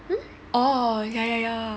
mm oh yeah yeah yeah